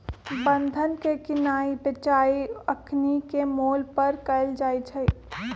बन्धन के किनाइ बेचाई अखनीके मोल पर कएल जाइ छइ